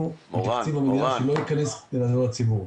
מתקציב המדינה שלא ייכנס כדי לעזור לציבור.